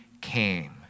came